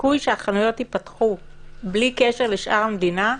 הסיכוי שהחנויות ייפתחו בלי קשר לשאר המדינה,